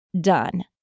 done